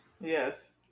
Yes